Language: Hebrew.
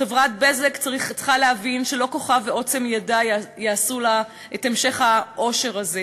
חברת "בזק" צריכה להבין שלא כוחה ועוצם ידה יעשו לה את המשך העושר הזה,